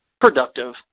productive